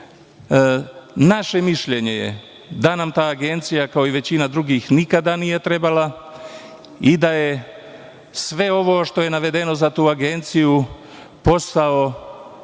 mišljenje je da nam ta Agencija, kao i većina drugih, nikada nije trebala i da je sve ovo što je navedeno za tu Agenciju posao